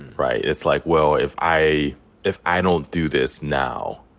right? it's like, well, if i if i don't do this now,